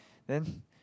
then